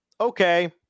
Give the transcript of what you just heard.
okay